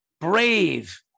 brave